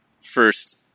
first